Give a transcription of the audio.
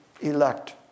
elect